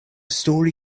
story